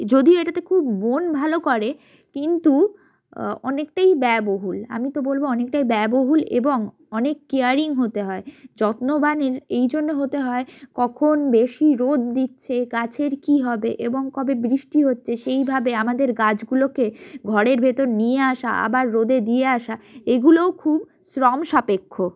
যদিও এটাতে খুব মন ভালো করে কিন্তু অনেকটাই ব্যয়বহুল আমি তো বলবো অনেকটাই ব্যয়বহুল এবং অনেক কেয়ারিং হতে হয় যত্নবানের এই জন্য হতে হয় কখন বেশি রোদ দিচ্ছে গাছের কী হবে এবং কবে বৃষ্টি হচ্চে সেইভাবে আমাদের গাছগুলোকে ঘরের ভেতর নিয়ে আসা আবার রোদে দিয়ে আসা এগুলোও খুব শ্রমসাপেক্ষ